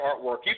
artwork